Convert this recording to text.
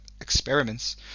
experiments